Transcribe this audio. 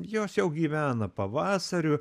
jos jau gyvena pavasariu